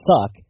suck